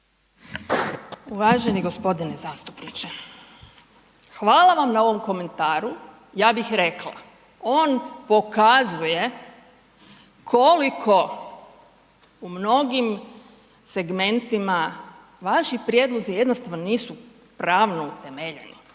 Uvaženi gospodine zastupniče, hvala vam na ovom komentaru. Ja bih rekla, on pokazuje koliko u mnogim segmentima vaši prijedlozi jednostavno nisu pravno utemeljeni.